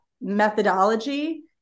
methodology